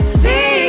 see